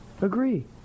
agree